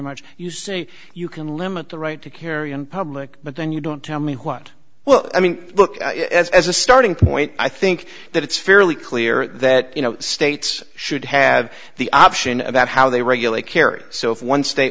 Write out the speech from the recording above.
much you say you can limit the right to carry in public but then you don't tell me what well i mean look as a starting point i think that it's fairly clear that you know states should have the option about how they regulate carry so